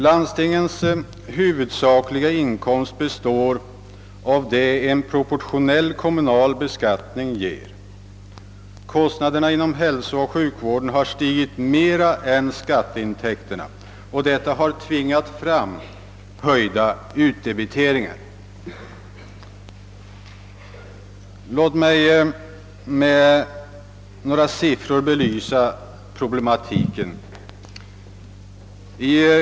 Landstingens huvudsakliga inkomst består av vad en proportionell kommunal beskattning ger. Kostnaderna inom hälsooch sjukvården har stigit mera än skatteintäkterna, och detta har tvingat fram höjda utdebiteringar. Låt mig med några siffror belysa problematiken.